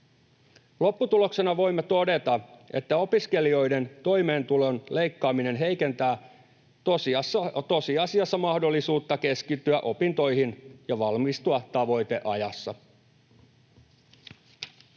Lopputuloksena voimme todeta, että opiskelijoiden toimeentulon leikkaaminen heikentää tosiasiassa mahdollisuutta keskittyä opintoihin ja valmistua tavoiteajassa.